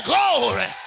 Glory